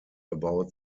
about